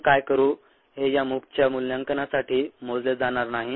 आपण काय करू हे या मूकच्या मूल्यांकनासाठी मोजले जाणार नाही